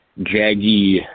jaggy –